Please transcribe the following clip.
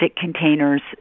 containers